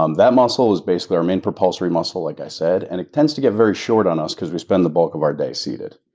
um that muscle is basically our main propulsory muscle like i said, and it tends to get very short on us, because we spend the bulk of our day seated.